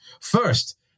First